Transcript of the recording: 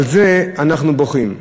על זה אנחנו בוכים.